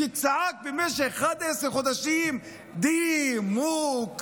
שצעק במשך 11 חודשים: "ד-מוק-רט-יה".